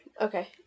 Okay